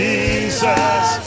Jesus